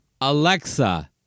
Alexa